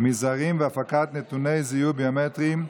מזרים והפקת נתוני זיהוי ביומטריים),